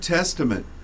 Testament